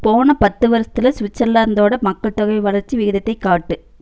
போன பத்து வருஷத்தில் சுவிட்சர்லாந்தோட மக்கள்தொகை வளர்ச்சி விகிதத்தைக் காட்டு